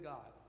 God